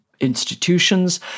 Institutions